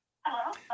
Hello